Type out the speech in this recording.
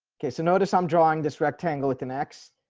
okay, so notice i'm drawing this rectangle with an axe,